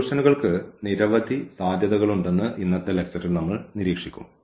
സൊല്യൂഷനുകൾക്ക് നിരവധി സാധ്യതകളുണ്ടെന്ന് ഇന്നത്തെ ലെക്ച്ചറിൽ നമ്മൾ നിരീക്ഷിക്കും